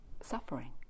suffering